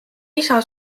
isa